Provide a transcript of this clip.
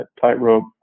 tightrope